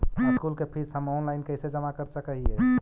School के fees हम online कैसे जमा कर सक हिय?